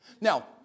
Now